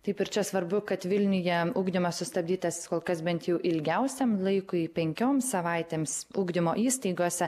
taip ir čia svarbu kad vilniuje ugdymas sustabdytas kol kas bent jau ilgiausiam laikui penkioms savaitėms ugdymo įstaigose